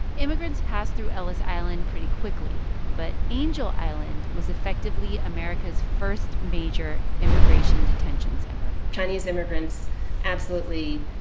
immigrants passed through ellis island pretty quickly. but angel island was effectively america's first major immigration detention center chinese immigrants absolutely